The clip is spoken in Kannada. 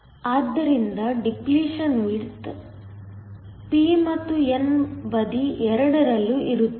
ಆದ್ದರಿಂದ ಇಲ್ಲಿ ಡಿಪ್ಲೀಷನ್ ವಿಡ್ತ್ p ಮತ್ತು n ಬದಿಯೆರಡರಲ್ಲೂ ಇರುತ್ತದೆ